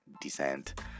descent